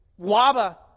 waba